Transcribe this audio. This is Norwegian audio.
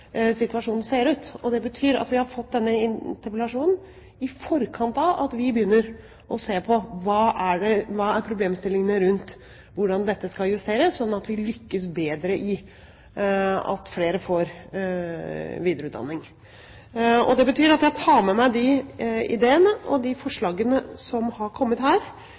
situasjonen ser ut. Det betyr at vi har fått denne interpellasjonen i forkant av at vi begynner å se på hva som er problemstillingene rundt hvordan dette skal justeres, sånn at vi lykkes bedre i at flere får videreutdanning. Det betyr at jeg tar med meg de ideene og de forslagene som har kommet her,